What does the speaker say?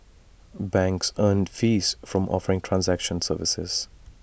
banks earn fees from offering transaction services